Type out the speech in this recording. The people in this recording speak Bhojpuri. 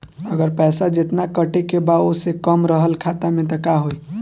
अगर पैसा जेतना कटे के बा ओसे कम रहल खाता मे त का होई?